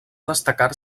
destacar